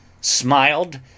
smiled